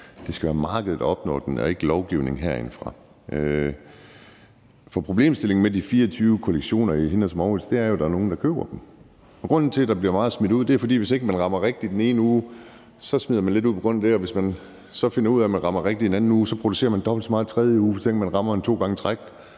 det skal være markedet, der opnår det, og ikke lovgivning herindefra. Problemstillingen med de 24 kollektioner i Hennes & Mauritz er jo, at der er nogle, der køber dem. Grunden til, at der er meget, der bliver smidt ud, er, at hvis ikke man rammer rigtigt den ene uge, smider man lidt ud på grund af det, og hvis man så finder ud af, at man rammer rigtigt en anden uge, producerer man dobbelt så meget en tredje uge, for tænk nu, hvis man rammer den to gange i træk.